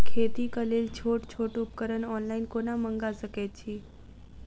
खेतीक लेल छोट छोट उपकरण ऑनलाइन कोना मंगा सकैत छी?